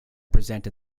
presented